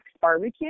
Barbecue